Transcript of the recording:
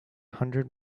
hundred